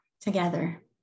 together